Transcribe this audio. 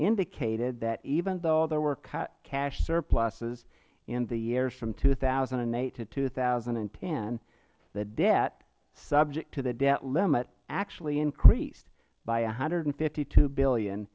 indicated that even though there were cash surpluses in the years from two thousand and eight to two thousand and ten the debt subject to the debt limit actually increased by one hundred and fifty two